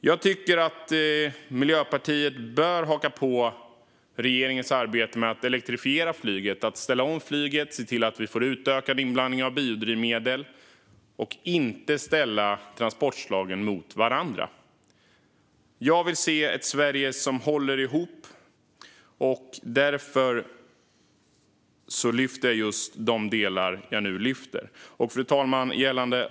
Jag tycker att Miljöpartiet bör haka på regeringens arbete med att elektrifiera flyget, ställa om flyget och se till att vi får utökad inblandning av biodrivmedel. Jag tycker inte att man ska ställa transportslagen mot varandra. Jag vill se ett Sverige som håller ihop, och därför lyfter jag just de delar jag nu lyfter. Fru talman!